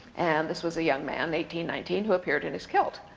and this was a young man eighteen, nineteen who appeared in his kilt.